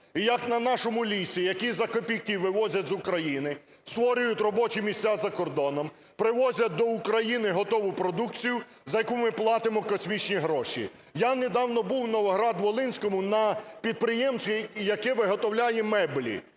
і як на нашому лісі, який за копійки вивозять з України, створюють робочі місця за кордоном, привозять до України готову продукцію, за яку ми платимо космічні гроші. Я недавно був у Новоград-Волинському на підприємстві, яке виготовляє меблі,